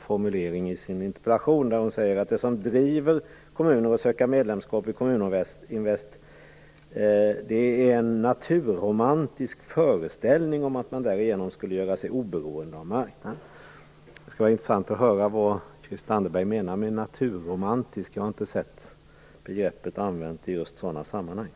formulering i sin interpellation. Hon säger att det som driver kommuner att söka medlemskap i Kommuninvest är en naturromantisk föreställning om att man därigenom skulle göra sig oberoende av marknaden. Det skulle vara intressant att höra vad Christel Anderberg menar med naturromantisk. Jag har inte sett att det begreppet har använts i just sådana här sammanhang.